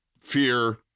fear